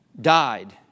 died